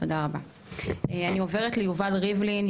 אני עוברת ליובל ריבלין,